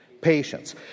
patience